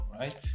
right